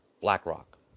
BlackRock